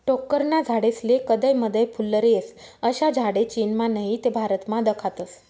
टोक्करना झाडेस्ले कदय मदय फुल्लर येस, अशा झाडे चीनमा नही ते भारतमा दखातस